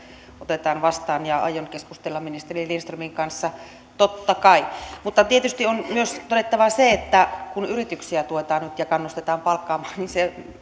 otetaan vastaan ja aion keskustella ministeri lindströmin kanssa totta kai mutta tietysti on myös todettava se että kun yrityksiä tuetaan nyt ja kannustetaan palkkaamaan niin